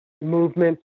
movement